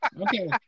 okay